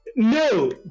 No